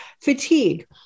Fatigue